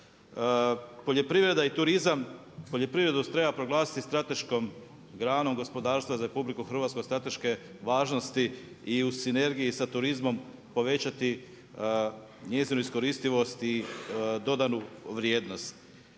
Poljoprivreda i turizam, poljoprivredu treba proglasiti strateškom granom gospodarstva za RH od strateške važnosti i u sinergiji sa turizmom povećati njezinu iskoristivost i dodanu vrijednost.